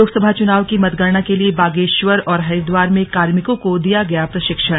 लोकसभा चुनाव की मतगणना के लिए बागेश्वर और हरिद्वार में कार्मिकों को दिया गया प्रशिक्षण